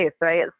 right